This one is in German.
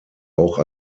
auch